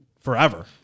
forever